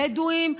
בדואים,